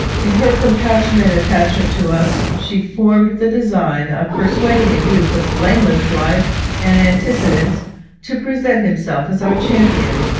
in her compassionate attachment to us, she formed the design of persuading a youth of blameless life and antecedents to present himself as our champion,